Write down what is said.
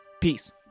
Peace